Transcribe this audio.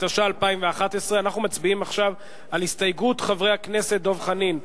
התשע"א 2011. אנחנו מצביעים עכשיו על ההסתייגות של חברי הכנסת דב חנין,